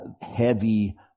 heavy